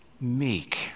Meek